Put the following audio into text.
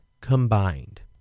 combined